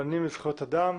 רבנים לזכויות אדם.